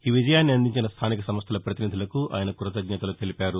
ఈ విజయాన్ని అందించిన స్థానిక సంస్థల పతినిధులకు ఆయన కృతజ్ఞతలు తెలిపారు